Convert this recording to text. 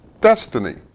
destiny